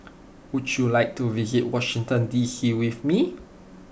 would you like to visit Washington D C with me